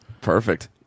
Perfect